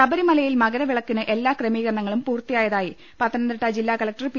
ശബരിമലയിൽ മകരവിളക്കിന് എല്ലാ ക്രമീകരണങ്ങളും പൂർത്തിയായതായി പത്തനംതിട്ട ജില്ലാകലക്ടർ പി